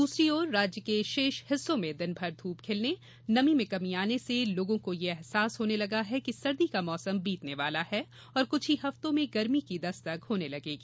दूसरी ओर राज्य के शेष हिस्सों में दिनभर धूप खिलने नमी में कमी आने से लोगों को यह अहसास होने लगा है कि सर्दी का मौसम बीतने वाला है और कुछ ही हफ्तों में गर्मी की दस्तक होने लगेगी